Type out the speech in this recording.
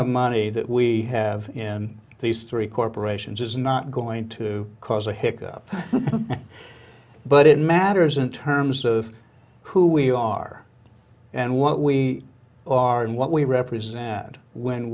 of money that we have in these three corporations is not going to cause a hick up but it matters in terms of who we are and what we are and what we represent